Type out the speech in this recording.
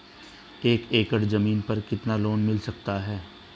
एक एकड़ जमीन पर कितना लोन मिल सकता है?